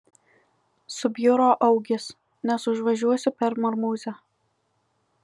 subjuro augis nes užvažiuosiu per marmuzę